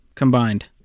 combined